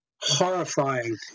Horrifying